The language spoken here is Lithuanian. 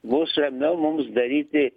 bus ramiau mums daryti